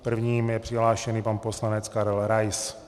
Prvním je přihlášený pan poslanec Karel Rais.